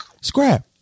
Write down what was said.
Scrap